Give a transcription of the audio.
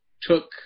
took